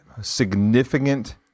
significant